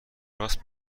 راست